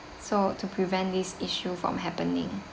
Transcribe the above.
so to prevent these issue from happening